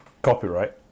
Copyright